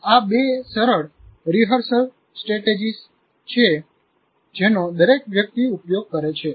આ બે સરળ રિહર્સલ સ્ટ્રેટેજી છે જેનો દરેક વ્યક્તિ ઉપયોગ કરે છે